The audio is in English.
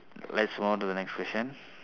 let's move on to the next question